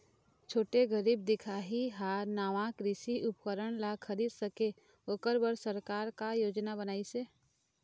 छोटे गरीब दिखाही हा नावा कृषि उपकरण ला खरीद सके ओकर बर सरकार का योजना बनाइसे?